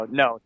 no